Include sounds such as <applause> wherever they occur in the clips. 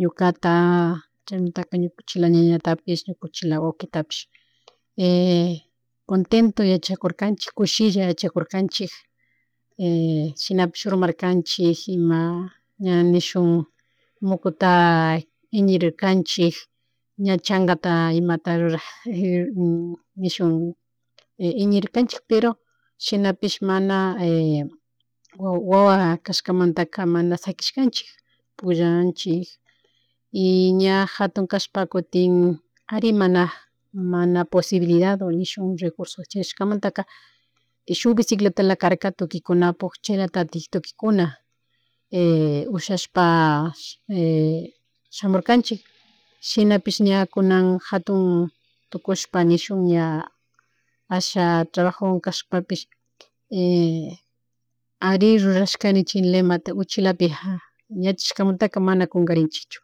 Ñukata <hesitation> chaymantaka ñukunchila ñañatapishpa ñukanchik waykitapish <hesitation> contento yachakurkanchik kushilla yachakurkanchik <hesitation> shinapish urmarkanchik ima ña nishun mukuta iñirirkanchik ña chagacha ña <hesitation> nishun iñirirkanchik pero shinapish mana <hesitation> wawa kashakamanta mana shakishkanchik pugllanchik y ña jatun kashpaka kutin ari mana mana posibilidad o nishcun recursosta charishkamantaka <noise> shuck bicicletala karka tukuykuykunapak chilatatik tukuy kuna <hesitation> ushashpa samurkanchik shinapih kunan jatun tukushpa nuishun ña asha trabajo kashpapis ari rurashka ninchi lema uchilapi yachashkamantaka man akungarinchikchu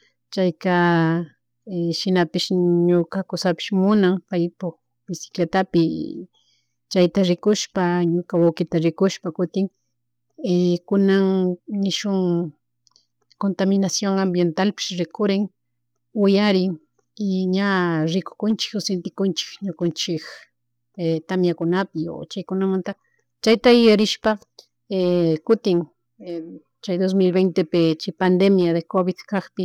<noise> chayka shinapish ñuka kushapish munan paypuk bicicletapi chayta rikushpa ñuka waukita rikushpa kutin <hesitation> kunan nishun contaminacion ambientalpish rickurin uyarin y ña <hesitation> rikuknchik o sentikuchcin ñukunchik <hesitation> tamiakunapi o cahykunamunta chayta yuyarishpa <hesitation> kutin chay dosmil ventepi chi pandemia de covid cakpi